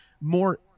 more